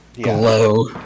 glow